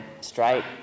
straight